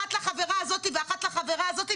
אחת לחברה הזאת ואחת לחברה הזאת,